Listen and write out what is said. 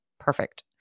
Perfect